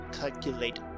calculate